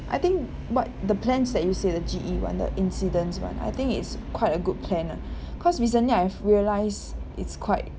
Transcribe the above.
I think but the plans that you say the G_E [one] the incidents [one] I think it's quite a good plan lah cause recently I've realised it's quite